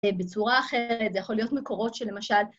‫בצורה אחרת, ‫זה יכול להיות מקורות שלמשל...